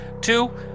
two